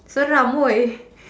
seram !oi!